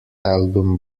album